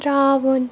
ترٛاوُن